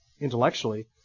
intellectually